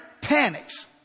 panics